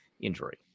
injury